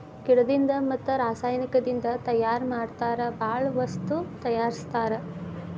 ಗಿಡದಿಂದ ಮತ್ತ ರಸಾಯನಿಕದಿಂದ ತಯಾರ ಮಾಡತಾರ ಬಾಳ ವಸ್ತು ತಯಾರಸ್ತಾರ